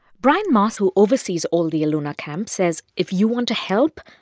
brian maus, who oversees all the eluna camps, says if you want to help,